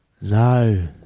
No